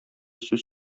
сүз